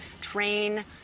train